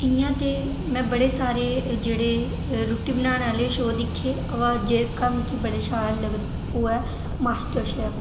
इ'यां ते में बड़े सारे जेह्ड़े रुट्टी बनाने आह्ले शोऽ दिक्खे बा जेह्का मिगी बड़ा शैल लगदा ओह् ऐ मास्टर शैफ